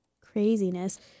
Craziness